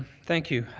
thank you.